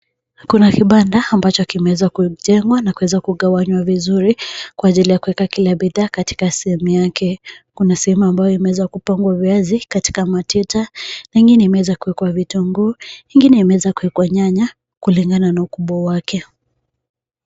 Kuna kibanda ambacho kimewezwa kujengwa na kuweza kugawanywa vizuri, kwa ajili kuweka kila bidhaa katika sehemu yake. Kuna sehemu ambayo imeweza kupangwa viazi katika matita na ingine imeweza kuwekwa vitunguu, ingine imeweza kuwekwa nyanya kulingana na ukubwa wake.